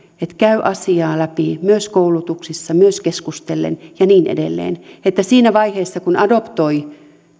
että käy asiaa läpi myös koulutuksissa myös keskustellen ja niin edelleen että siinä vaiheessa kun adoptoi